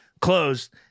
closed